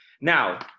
Now